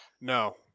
No